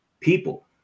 people